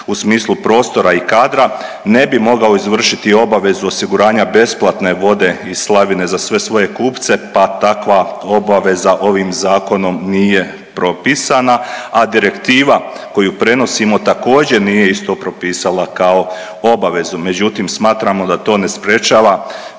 u smislu prostora i kadra ne bi mogao izvršiti obavezu osiguranja besplatne vode iz slavine za sve svoje kupce pa takva obaveza ovim Zakonom nije propisana, a direktiva koju prenosimo također, nije isto propisala kao obavezu, međutim, smatramo da to ne sprečava